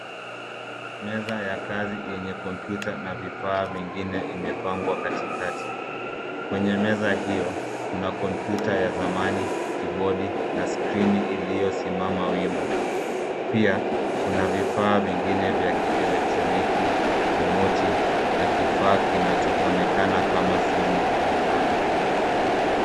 Meza ya kazi yenye kompyuta na vifaa vingine imepangwa katikati. Kwenye meza hio, kuna kompyuta ya zamani, kibodi, na skirini iliyosimama wima. Pia, kuna vifaa vingine vya kieletroniki, remoti, na kifaa kinachoonekana kama simu ya mezani.